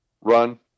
run